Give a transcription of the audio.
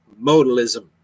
modalism